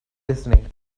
listening